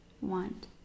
want